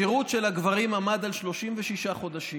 השירות של הגברים עמד על 36 חודשים,